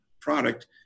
product